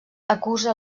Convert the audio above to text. acusa